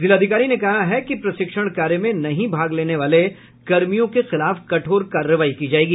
जिलाधिकारी ने कहा है कि प्रशिक्षण कार्य में नहीं भाग लेने वाले कर्मियों के खिलाफ कठोर कार्रवाई की जायेगी